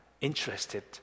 interested